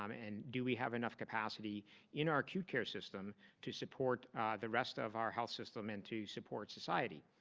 um and do we have enough capacity in our acute care system to support the rest of our health system and to support society.